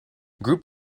group